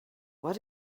what